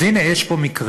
אז הנה, יש פה מקרה,